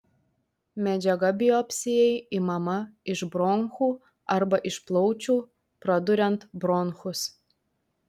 medžiaga biopsijai imama iš bronchų arba iš plaučių praduriant bronchus